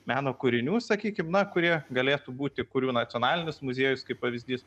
meno kūrinių sakykim na kurie galėtų būti kurių nacionalinis muziejus kaip pavyzdys